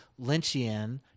Lynchian